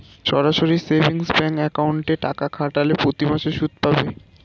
সরাসরি savings bank অ্যাকাউন্টে টাকা খাটালে প্রতিমাসে সুদ পাবে